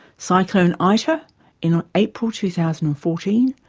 cyclone ita in ah april two thousand and fourteen,